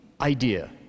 idea